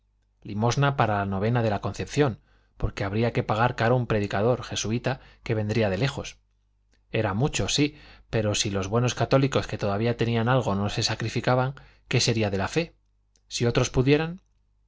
limosna para la novena de la concepción porque habría que pagar caro un predicador jesuita que vendría de lejos era mucho sí pero si los buenos católicos que todavía tenían algo no se sacrificaban qué sería de la fe si otros pudieran